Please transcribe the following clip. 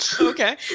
Okay